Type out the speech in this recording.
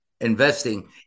investing